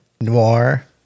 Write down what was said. noir